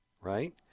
right